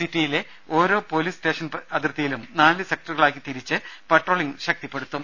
സിറ്റിയിലെ ഓരോ police station അതിർത്തിയും നാല് സെക്ടറുകളാക്കി തിരിച്ച് പട്രോളിംഗ് ശക്തിപ്പെടുത്തും